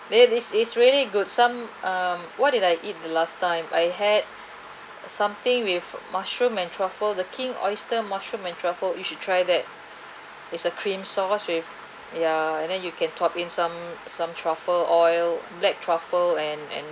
ya this is really good some um what did I eat the last time I had something with mushroom and truffle the king oyster mushroom and truffle you should try that is a cream sauce with ya and then you can top in some some truffle oil black truffle and and